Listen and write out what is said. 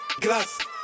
glass